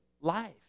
life